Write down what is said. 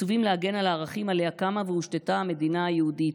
מצווים להגן על הערכים שעליה קמה והושתתה המדינה היהודית,